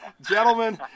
gentlemen